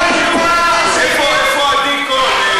חיים, איפה עדי קול?